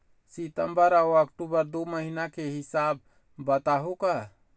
सितंबर अऊ अक्टूबर दू महीना के हिसाब बताहुं का?